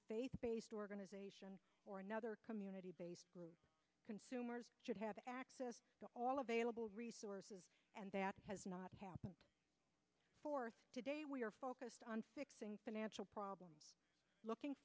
faith based organization or another community based consumers should have access to all available resources and that has not happened today we are focused on fixing financial problems looking